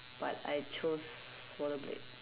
but I chose rollerblade